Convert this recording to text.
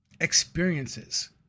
experiences